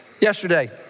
Yesterday